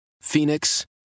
Phoenix